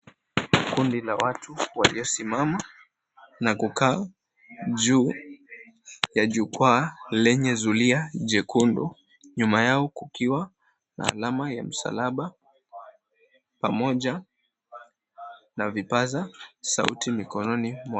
Kundi la watu waliosimama na kukaa juu ya jukwaa lenye zulia jekundu, nyuma yao kukiwa na alama ya msalaba pamoja na vipaza sauti mikononi mwao.